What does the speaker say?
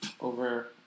over